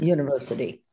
University